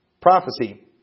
prophecy